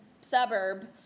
suburb